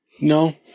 No